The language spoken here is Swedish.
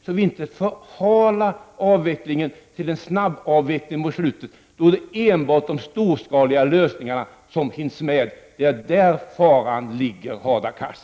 Vi får inte förhala avvecklingen så att den blir en snabbavveckling på slutet. Då kommer nämligen enbart de storskaliga lösningarna att finnas med. Det är däri faran ligger, Hadar Cars.